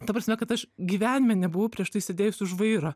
ta prasme kad aš gyvenime nebuvau prieš tai sėdėjus už vairo